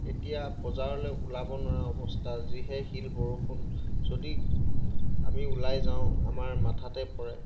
এতিয়া বজাৰলৈ ওলাব নোৱাৰা অৱস্থা যিহে শিল বৰষুণ যদি আমি ওলাই যাওঁ আমাৰ মাথাতে পৰে